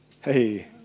Hey